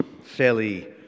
fairly